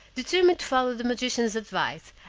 determined to follow the magician's advice,